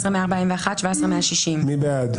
16,821 עד 16,040. מי בעד?